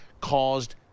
caused